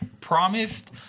promised